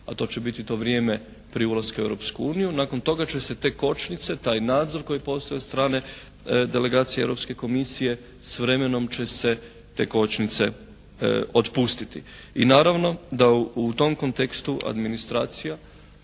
a to će biti to vrijeme prije ulaska u Europsku uniju, nakon toga će se te kočnice, taj nadzor koji postoji od strane delegacije Europske komisije s vremenom će se te kočnice otpustiti. I naravno da u tom kontekstu administracija